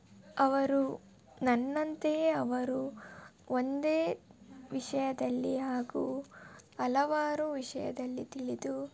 ಅವರು ನನ್ನಂತೆಯೇ ಅವರು ಒಂದೇ ವಿಷಯದಲ್ಲಿ ಹಾಗು ಹಲವಾರು ವಿಷಯದಲ್ಲಿ ತಿಳಿದು